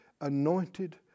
anointed